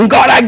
God